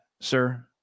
sir